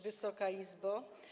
Wysoka Izbo!